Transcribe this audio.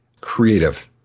creative